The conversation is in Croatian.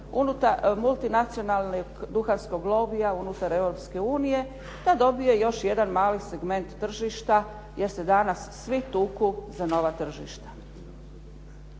multinacionalnog duhanskog lobija unutar Europske unije da dobije još jedan mali segment tržišta, jer se danas svi tuku za nova tržišta.